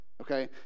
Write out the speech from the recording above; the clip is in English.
okay